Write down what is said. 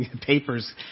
Papers